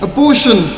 Abortion